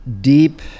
deep